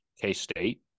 K-State